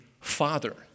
father